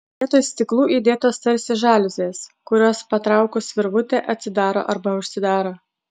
vietoj stiklų įdėtos tarsi žaliuzės kurios patraukus virvutę atsidaro arba užsidaro